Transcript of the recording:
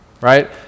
right